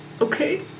Okay